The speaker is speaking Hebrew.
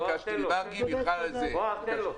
אפשר לקבוע תקנות,